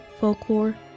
folklore